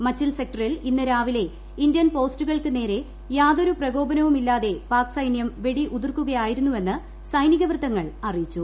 മച്ചിൽ സെക്ടറിൽ ഇന്ന് രാഷ്ട്രിലെ ഇന്ത്യൻ പോസ്റ്റുകൾക്ക് നേരെ യാതൊരു പ്രകോപനവും ഇല്ലൂതെ പാക് സൈന്യം വെടി ഉതിർക്കുകയായിരുന്നുഷ്ണ് സൈനിക വൃത്തങ്ങൾ അറിയിച്ചു